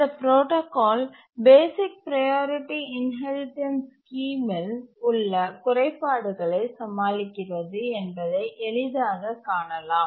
இந்த protocol basic priority inheritance ஸ்கீம்மில் உள்ள குறைபாடுகளை சமாளிக்கிறது என்பதை எளிதாகக் காணலாம்